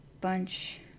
bunch